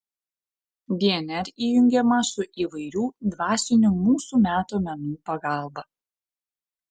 dnr įjungiama su įvairių dvasinių mūsų meto menų pagalba